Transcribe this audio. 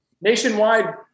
nationwide